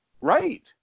Right